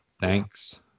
Thanks